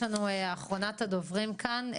אחרונת הדוברים כאן,